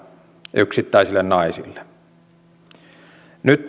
yksittäisille naisille nyt